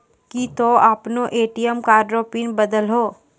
की तोय आपनो ATM card रो पिन बदलहो